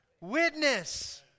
Witness